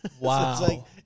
Wow